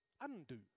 undo